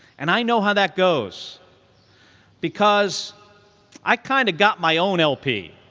and i know how that goes because i kind of got my own lp.